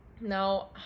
now